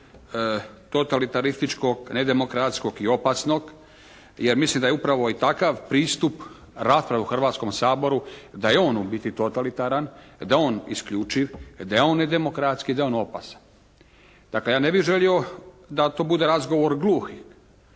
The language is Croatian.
totalitarističkog, nedemokratskog i opasnog, jer mislim da je upravo i takav pristup rasprava u Hrvatskom saboru da je on u biti totalitaran, da je on isključiv, da je on nedemokratski i da je on opasan. Dakle ja ne bih želio da to bude razgovor gluhih.